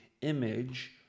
image